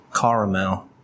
Caramel